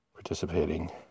participating